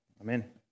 Amen